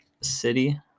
city